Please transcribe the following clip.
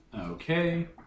Okay